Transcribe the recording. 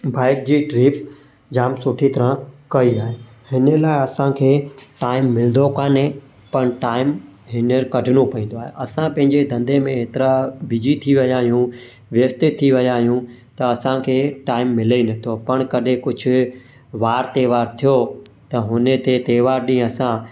bike जी trip जामु सुठी तरह कई आहे हिन लाइ असां खे टाइम मिलंदो कान्हे पर टाइम हींअर कढिणो पवंदो आहे असां पंहिंजे धंधे में ऐतिरा बिज़ी थी विया आहियूं व्यस्त थी विया आहियूं त असां खे टाइम मिले ई न थो पर कॾहिं कुझु वारु त्योहारु थियो त हुन ते त्योहार ॾींहुं असां